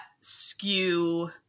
skew